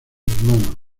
hermano